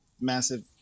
massive